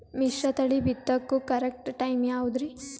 ಮಿಶ್ರತಳಿ ಬಿತ್ತಕು correct time ಯಾವುದರಿ?